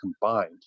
combined